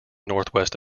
northwest